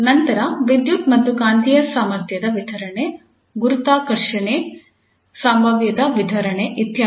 ನಂತರ ವಿದ್ಯುತ್ ಮತ್ತು ಕಾಂತೀಯ ಸಾಮರ್ಥ್ಯದ ವಿತರಣೆ ಗುರುತ್ವಾಕರ್ಷಣೆಯ ಸಂಭಾವ್ಯದ ವಿತರಣೆ ಇತ್ಯಾದಿ